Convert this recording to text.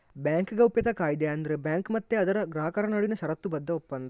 bank ಗೌಪ್ಯತಾ ಕಾಯಿದೆ ಅಂದ್ರೆ ಬ್ಯಾಂಕು ಮತ್ತೆ ಅದರ ಗ್ರಾಹಕರ ನಡುವಿನ ಷರತ್ತುಬದ್ಧ ಒಪ್ಪಂದ